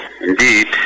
Indeed